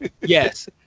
yes